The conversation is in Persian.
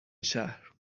شهر